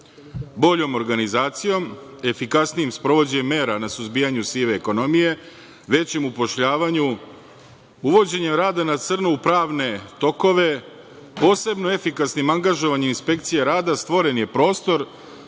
Boljom organizacijom, efikasnijim sprovođenjem mera na suzbijanju sive ekonomije, većim upošljavanjem, uvođenjem rada na crno u pravne tokove, posebno efikasnim angažovanjem inspekcije rada stvoren je prostor